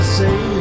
say